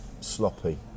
sloppy